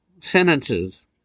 sentences